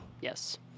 Yes